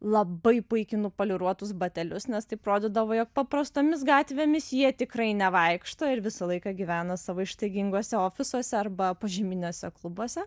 labai puikiai nupoliruotus batelius nes taip rodydavo jog paprastomis gatvėmis jie tikrai nevaikšto ir visą laiką gyvena savo ištaiginguose ofisuose arba požeminiuose klubuose